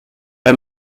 bei